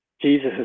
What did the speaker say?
Jesus